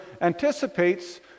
anticipates